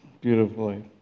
Beautifully